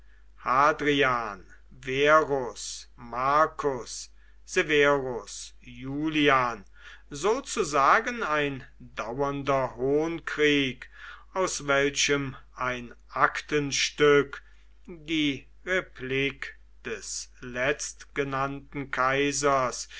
marcus severus julian sozusagen ein dauernder hohnkrieg aus welchem ein aktenstück die replik des letztgenannten kaisers